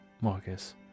Marcus